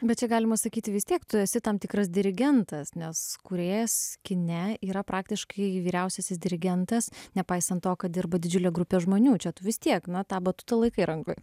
bet čia galima sakyti vis tiek tu esi tam tikras dirigentas nes kūrėjas kine yra praktiškai vyriausiasis dirigentas nepaisant to kad dirba didžiulė grupė žmonių čia tu vis tiek na tą batutą laikai rankoj